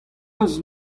eus